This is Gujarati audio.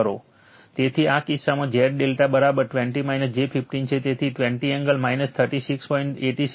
તેથી આ કિસ્સામાં Z∆ 20 j15 છે તેથી 25 એંગલ 36